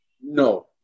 No